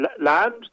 land